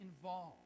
involved